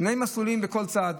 שני מסלולים בכל צד,